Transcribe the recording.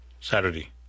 Saturday